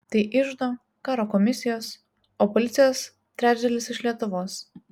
tai iždo karo komisijos o policijos trečdalis iš lietuvos